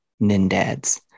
NINDADS